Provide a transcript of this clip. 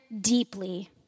deeply